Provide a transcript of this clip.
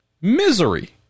misery